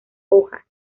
hojas